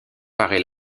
paraît